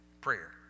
prayer